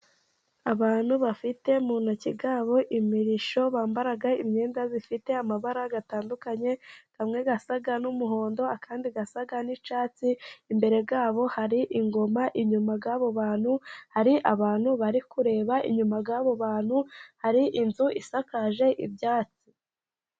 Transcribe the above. Abantu bafite mu ntoki zabo imirishyo, bambara imyenda ifite amabara atandukanye, amwe asa n'umuhondo andi asa n'icyatsi, imbere yabo hari ingoma inyuma yabo bantu hari abantu bari kureba, inyuma yabo bantu hari inzu isakaje ibyatsi.